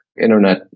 internet